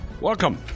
Welcome